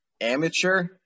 amateur